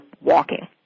walking